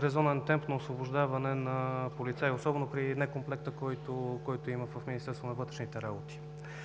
резонен темп на освобождаване на полицаи, особено при некомплекта, който има в Министерството на вътрешните работи.